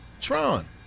Tron